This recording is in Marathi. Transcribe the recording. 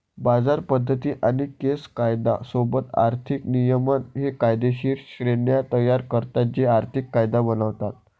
बाजार पद्धती आणि केस कायदा सोबत आर्थिक नियमन हे कायदेशीर श्रेण्या तयार करतात जे आर्थिक कायदा बनवतात